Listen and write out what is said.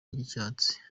ry’icyatsi